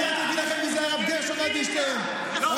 אני רק אגיד לכם מי זה הרב גרשון אדלשטיין, וילנה.